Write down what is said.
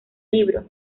libro